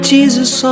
Jesus